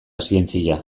zientzia